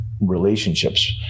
relationships